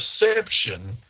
perception